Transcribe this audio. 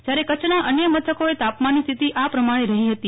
જ્યારે કચ્છના અન્ય મથકોએ તાપમાનની સ્થિતિ આ પ્રમાણે રહી હતી